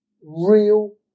real